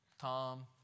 Tom